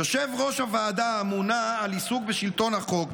יושב-ראש הוועדה האמונה על עיסוק בשלטון החוק,